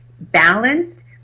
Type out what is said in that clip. balanced